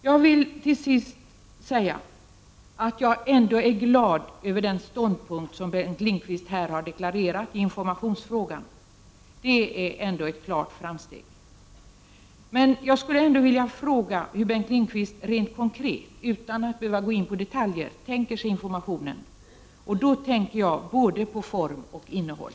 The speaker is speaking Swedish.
Jag vill till sist ändå säga att jag är glad över den ståndpunkt som Bengt Lindqvist här har deklarerat i informationsfrågan. Det är dock ett klart framsteg. Jag skulle ändå vilja fråga hur Bengt Lindqvist rent konkret, utan att behöva gå in på detaljer tänker sig informationen. Min fråga avser både form och innehåll.